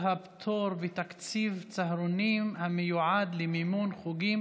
הפטור בתקציב צהרונים המיועד למימון חוגים